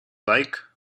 like